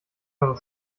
eure